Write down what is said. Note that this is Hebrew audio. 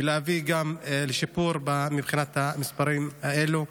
ולהביא גם לשיפור מבחינת המספרים האלה.